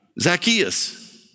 Zacchaeus